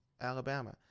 Alabama